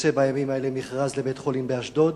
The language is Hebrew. יוצא בימים האלה מכרז לבית-חולים באשדוד,